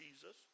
Jesus